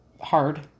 hard